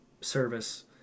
service